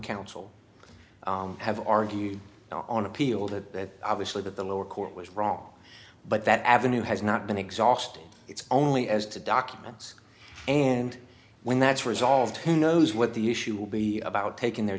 counsel have argued on appeal that obviously that the lower court was wrong but that avenue has not been exhausted it's only as to documents and when that's resolved who knows what the issue will be about taking their